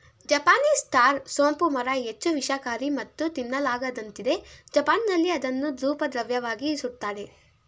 Japanese star ಸೋಂಪು ಮರ ಹೆಚ್ಚು ವಿಷಕಾರಿ ಮತ್ತು ತಿನ್ನಲಾಗದಂತಿದೆ ಜಪಾನ್ನಲ್ಲಿ ಅದನ್ನು ಧೂಪದ್ರವ್ಯವಾಗಿ ಸುಡ್ತಾರೆ